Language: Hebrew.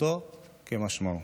פשוטו כמשמעו,